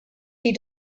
phd